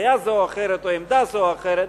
דעה זו או אחרת או עמדה זו או אחרת,